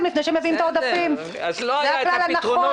לפני שמביאים את העודפים זה הכלל הנכון.